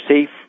safe